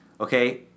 okay